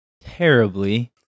terribly